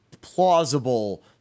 plausible